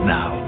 Now